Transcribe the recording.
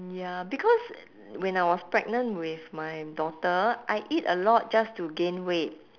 ya because when I was pregnant with my daughter I eat a lot just to gain weight